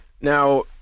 Now